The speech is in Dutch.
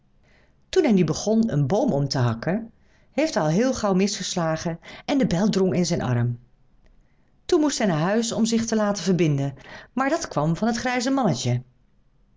toen hij nu begon een boom om te hakken heeft hij al heel gauw mis geslagen en de bijl drong in zijn arm toen moest hij naar huis om zich te laten verbinden maar dat kwam van het grijze mannetje